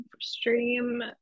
stream